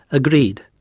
agreed,